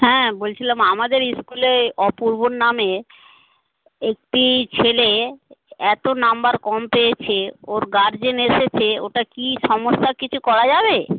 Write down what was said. হ্যাঁ বলছিলাম আমাদের স্কুলে অপূর্ব নামে একটি ছেলে এত নাম্বার কম পেয়েছে ওর গার্জেন এসেছে ওটা কী সমস্যা কিছু করা যাবে